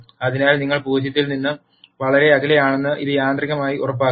അതിനാൽ നിങ്ങൾ പൂജ്യത്തിൽ നിന്ന് വളരെ അകലെയല്ലെന്ന് ഇത് യാന്ത്രികമായി ഉറപ്പാക്കും